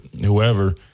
whoever